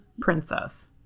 princess